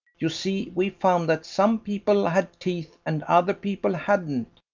you see we found that some people had teeth and other people hadn't,